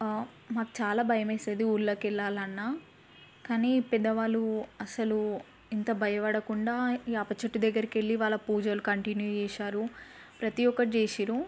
మాకు చాలా భయమేసేది ఊర్లోకెళ్ళాలన్నా కానీ పెద్దవాళ్లు అసలు ఎంత భయపడకుండా వేప చెట్టు దగ్గరికెళ్లి వాళ్ళ పూజలు కంటిన్యూ చేశారు ప్రతి ఒకటి చేసారు